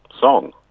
song